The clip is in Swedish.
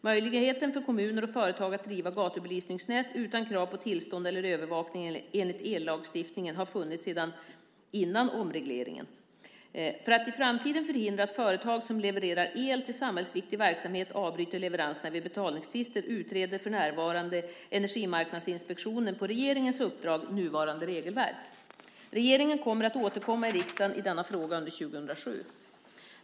Möjligheten för kommuner och företag att driva gatubelysningsnät utan krav på tillstånd eller övervakning enligt ellagstiftningen har funnits sedan före omregleringen. För att i framtiden förhindra att företag som levererar el till samhällsviktig verksamhet avbryter leveranserna vid betalningstvister utreder för närvarande Energimarknadsinspektionen på regeringens uppdrag nuvarande regelverk. Regeringen kommer att återkomma till riksdagen i denna fråga under 2007.